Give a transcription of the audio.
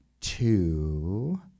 two